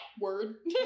Word